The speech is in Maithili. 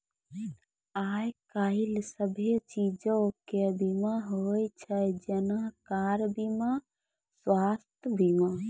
आइ काल्हि सभ्भे चीजो के बीमा होय छै जेना कार बीमा, स्वास्थ्य बीमा